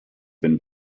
been